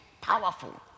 powerful